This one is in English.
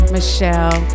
Michelle